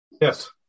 Yes